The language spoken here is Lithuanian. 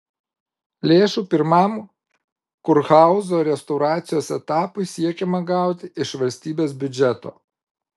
lėšų pirmam kurhauzo restauracijos etapui siekiama gauti iš valstybės biudžeto